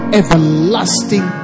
everlasting